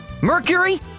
Mercury